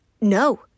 no